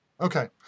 Okay